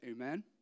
Amen